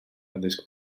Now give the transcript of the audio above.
addysg